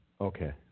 Okay